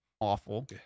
awful